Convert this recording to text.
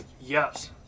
yes